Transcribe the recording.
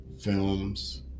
films